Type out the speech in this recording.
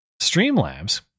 Streamlabs